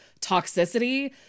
toxicity